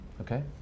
Okay